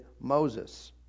Moses